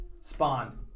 Spawn